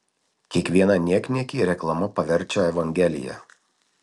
kiekvieną niekniekį reklama paverčia evangelija